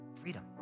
freedom